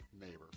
neighbor